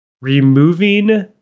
removing